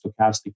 stochastic